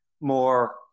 more